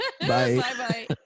Bye